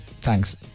Thanks